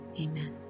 Amen